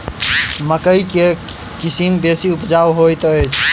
मकई केँ के किसिम बेसी उपजाउ हएत अछि?